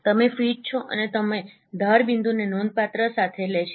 તેથી તમે ફિટ છો અને તમે ધાર બિંદુ નોંધપાત્ર સાથે લે છે